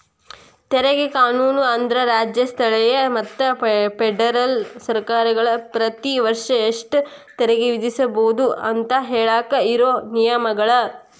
ತೆರಿಗೆ ಕಾನೂನು ಅಂದ್ರ ರಾಜ್ಯ ಸ್ಥಳೇಯ ಮತ್ತ ಫೆಡರಲ್ ಸರ್ಕಾರಗಳ ಪ್ರತಿ ವರ್ಷ ಎಷ್ಟ ತೆರಿಗೆ ವಿಧಿಸಬೋದು ಅಂತ ಹೇಳಾಕ ಇರೋ ನಿಯಮಗಳ